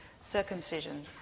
circumcision